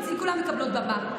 אצלי כולן מקבלות במה,